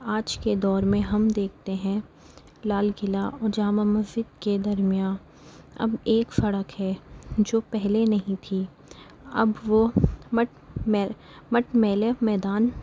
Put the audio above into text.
آج کے دور میں ہم دیکھتے ہیں لال قلعہ اور جامع مسجد کے درمیاں اب ایک سڑک ہے جو پہلے نہیں تھی اب وہ مٹ مے مٹ میلے میدان